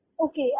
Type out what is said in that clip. okay